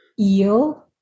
eel